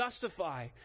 justify